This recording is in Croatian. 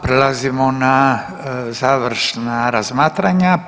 Prelazimo na završna razmatranja.